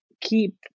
keep